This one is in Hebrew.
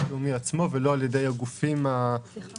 הלאומי עצמו ולא על-ידי הגופים שמפעילים.